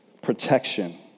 protection